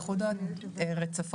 אין לו שום מקום להיות בתוך המערכת,